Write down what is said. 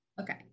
Okay